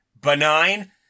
benign